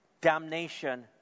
damnation